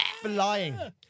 flying